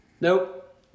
Nope